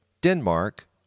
Denmark